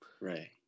right